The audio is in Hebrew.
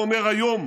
הוא אומר היום: